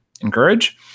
encourage